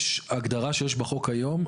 ההגדרה שיש בחוק היום,